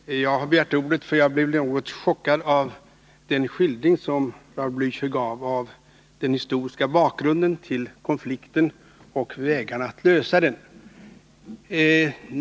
Herr talman! Jag har begärt ordet, eftersom jag blev något chockad av den skildring Raul Blächer gav av den historiska bakgrunden till konflikten och vägarna att lösa den.